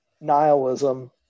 nihilism